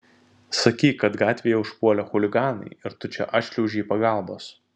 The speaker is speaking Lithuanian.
sakyk kad gatvėje užpuolė chuliganai ir tu čia atšliaužei pagalbos